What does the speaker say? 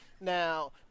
Now